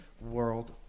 world